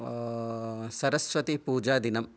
Saraswati पूजादिनं